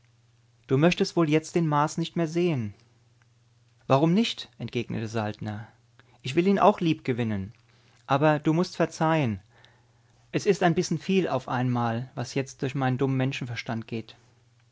du möchtest wohl jetzt den mars nicht mehr sehen warum nicht entgegnete saltner ich will ihn auch liebgewinnen aber du mußt verzeihen es ist ein bissen viel auf einmal was jetzt durch meinen dummen menschenverstand geht